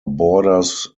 borders